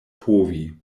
povi